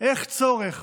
איך צורך